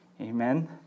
Amen